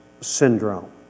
Syndrome